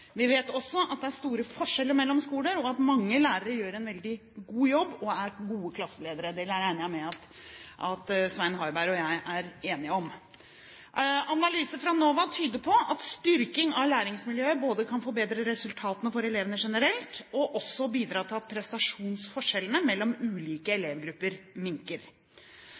Vi vet også at det er store forskjeller mellom skoler, og at mange lærere gjør en veldig god jobb og er gode klasseledere. Det regner jeg med at Svein Harberg og jeg er enige om. Analyser fra NOVA tyder på at styrking av læringsmiljøet både kan forbedre resultatene for elevene generelt og bidra til at prestasjonsforskjellene mellom ulike elevgrupper minker.